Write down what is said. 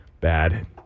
bad